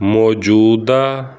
ਮੌਜੂਦਾ